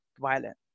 violent